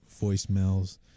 voicemails